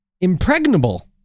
impregnable